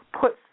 put